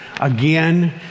again